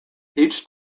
each